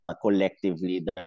collectively